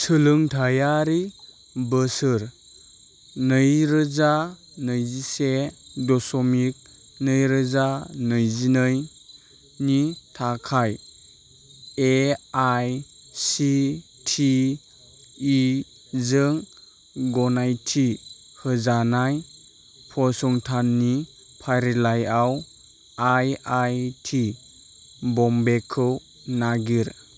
सोलोंथायारि बोसोर नैरोजा नैजिसे दश'मिक नैरोजा नैजिनैनि थाखाय एआईसिटिइ जों गनायथि होजानाय फसंथाननि फारिलाइआव आईआईटि बम्बेखौ नागिर